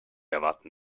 erwarten